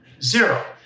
Zero